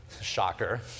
Shocker